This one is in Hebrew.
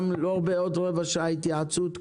גם לא אם תהיה התייעצות של רבע שעה.